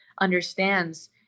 understands